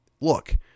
look